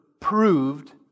proved